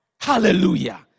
Hallelujah